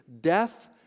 death